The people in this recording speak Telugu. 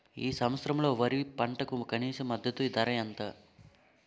ఈ సంవత్సరంలో వరి పంటకు కనీస మద్దతు ధర ఎంత?